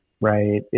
right